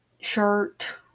shirt